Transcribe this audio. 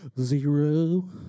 Zero